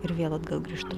ir vėl atgal grįžtu